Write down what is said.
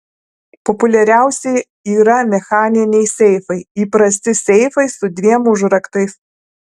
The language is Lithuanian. populiariausi yra mechaniniai seifai įprasti seifai su dviem užraktais